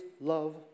love